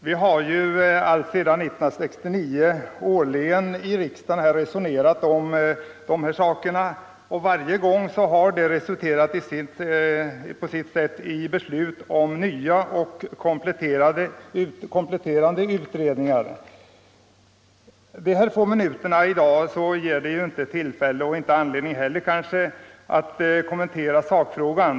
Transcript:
Vi har alltsedan 1969 varje år i riksdagen resonerat om detta projekt, och varje gång har det resulterat i beslut om nya, kompletterande utredningar. De få minuter vi har på oss i dag ger ju inte utrymme för kommentarer i sakfrågan.